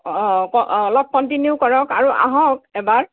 অঁ অঁ ক অলপ কণ্টিনিউ কৰক আৰু আহক এবাৰ